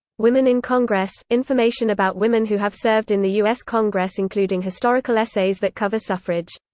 women in congress information about women who have served in the u s. congress including historical essays that cover suffrage.